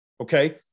Okay